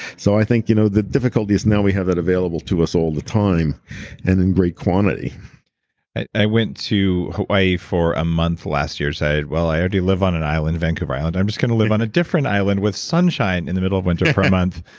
so i think, you know the difficulty is now we have that available to us all the time and in great quantity i went to hawaii for a month last year. well, i already live on an island vancouver island. i'm just going to live on a different island with sunshine in the middle of winter for a month.